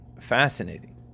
fascinating